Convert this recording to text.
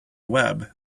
web